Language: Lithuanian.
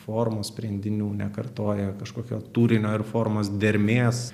formos sprendinių nekartoja kažkokio turinio ir formos dermės